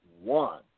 one